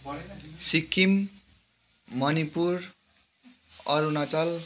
Sikkim Manipur Arunachal